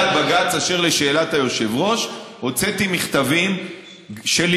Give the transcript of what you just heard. בג"ץ אשר לשאלת היושב-ראש הוצאתי מכתבים שלי,